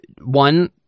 one